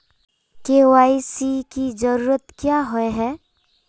KYC की जरूरत क्याँ होय है?